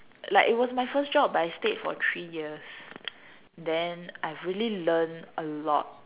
like it was my first job but I stayed for three years then I've really learn a lot